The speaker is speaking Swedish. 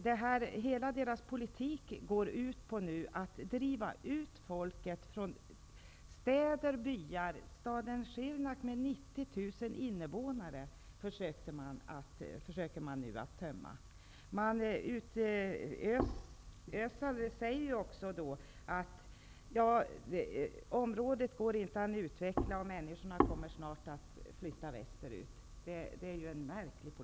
Regeringens politik går ut på att driva ut folket från städer och byar. Man försöker nu tömma staden Sirnak, med 90 000 invånare. Özal säger också att området inte går att utveckla och att människorna snart kommer att flytta västerut. Det är en märklig politik.